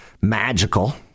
magical